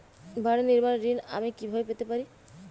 বাড়ি নির্মাণের ঋণ আমি কিভাবে পেতে পারি?